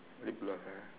lip locker